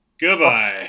Goodbye